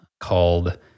called